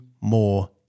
more